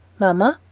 mamma,